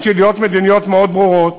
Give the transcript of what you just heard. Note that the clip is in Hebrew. יש לי דעות מדיניות מאוד ברורות